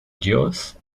dios